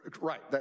Right